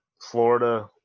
Florida